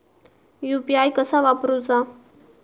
UPI कसा वापरूचा?